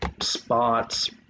spots